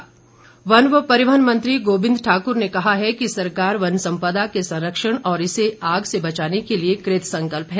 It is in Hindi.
गोविंद ठाकूर वन व परिवहन मंत्री गोविंद ठाकुर ने कहा है कि सरकार वन सम्पदा के संरक्षण और इसे आग से बचाने के लिए कृत संकल्प है